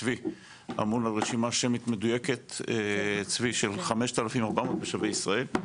צבי אמון על רשימה שמית מדויקת של 5400 בשבי ישראל,